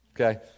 okay